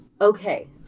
Okay